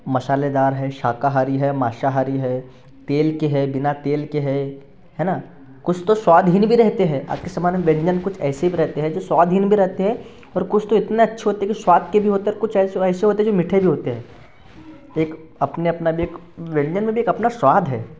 मसालेदार है शाकाहारी है मांसाहारी तेल के है बिना तेल के है है ना कुछ तो स्वादहीन भी रहते हैं आज के ज़माने में व्यंजन कुछ ऐसे भी रहते हैं जो स्वादहीन भी रहते है और कुछ तो इतने अच्छे होते हैं कि स्वाद के भी होते है कुछ ऐसे ए ऐसो होते हैं जो मीठे भी होते हैं एक अपने अपना भी एक व्यंजन में भी एक अपना स्वाद है